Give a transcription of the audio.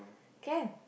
can